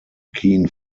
keen